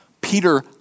Peter